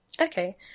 Okay